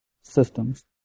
systems